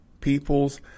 People's